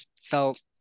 felt